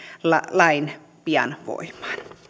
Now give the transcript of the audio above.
lain pian voimaan